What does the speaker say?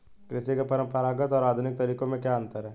कृषि के परंपरागत और आधुनिक तरीकों में क्या अंतर है?